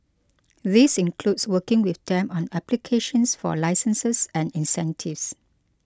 this includes working with them on applications for licenses and incentives